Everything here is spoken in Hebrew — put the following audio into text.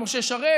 משה שרת